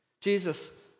Jesus